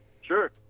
Sure